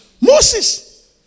Moses